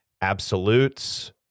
absolutes